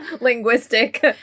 linguistic